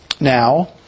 now